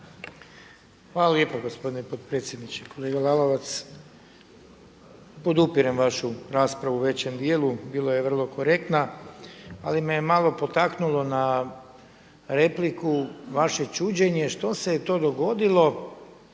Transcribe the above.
Hvala lijepa gospodine potpredsjedniče. Kolega Lalovac, podupirem vašu raspravu u većem djelu, bila je vrlo korektna ali me je malo potaknulo na repliku vaše čuđenje što se je to dogodilo